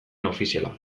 ofiziala